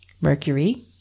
Mercury